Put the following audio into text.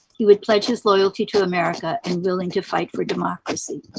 he would pledge his loyalty to america and be willing to fight for democracy.